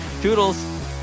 toodles